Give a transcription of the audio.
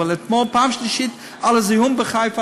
אבל אתמול פעם שלישית על הזיהום בחיפה,